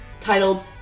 titled